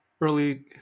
early